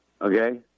okay